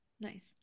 Nice